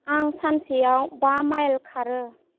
आं सानसेयाव बा माइल खारो